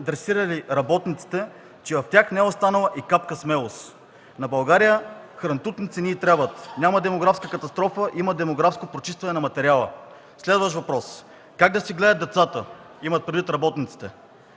дресирали работниците, че в тях не е останала и капка смелост. На България хрантутници не й трябват. Няма демографска катастрофа – има демографско прочистване на материала.” Следващ въпрос: „Как да си гледат децата?” – имат предвид работниците.